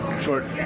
short